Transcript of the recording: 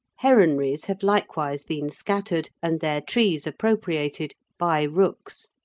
heronries have likewise been scattered, and their trees appropriated, by rooks,